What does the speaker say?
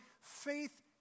faith